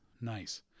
Nice